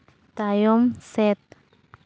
ᱛᱟᱭᱚᱢ ᱥᱮᱫ